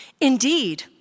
Indeed